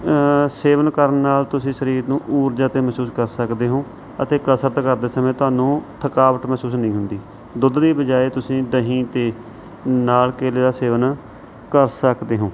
ਸੇਵਨ ਕਰਨ ਨਾਲ ਤੁਸੀਂ ਸਰੀਰ ਨੂੰ ਊਰਜਾ ਤਾਂ ਮਹਿਸੂਸ ਕਰ ਸਕਦੇ ਹੋ ਅਤੇ ਕਸਰਤ ਕਰਦੇ ਸਮੇਂ ਤੁਹਾਨੂੰ ਥਕਾਵਟ ਮਹਿਸੂਸ ਨਹੀਂ ਹੁੰਦੀ ਦੁੱਧ ਦੀ ਬਜਾਏ ਤੁਸੀਂ ਦਹੀਂ ਅਤੇ ਨਾਲ ਕੇਲੇ ਦਾ ਸੇਵਨ ਕਰ ਸਕਦੇ ਹੋ